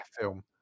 film